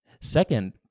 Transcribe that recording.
Second